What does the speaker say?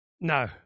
no